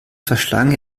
verschlang